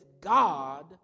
God